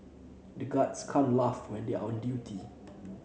the guards can't laugh when they are on duty